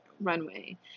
runway